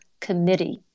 committee